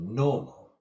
normal